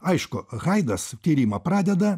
aišku haidas tyrimą pradeda